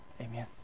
Amen